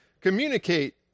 communicate